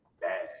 bad